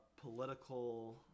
political